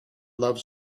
love